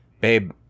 babe